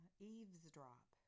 eavesdrop